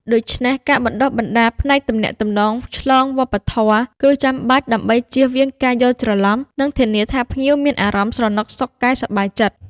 ដូច្នេះ ការបណ្តុះបណ្តាលផ្នែកទំនាក់ទំនងឆ្លងវប្បធម៌គឺចាំបាច់ ដើម្បីចៀសវាងការយល់ច្រឡំ និងធានាថាភ្ញៀវមានអារម្មណ៍ស្រណុកសុខកាយ សប្បាយចិត្ត។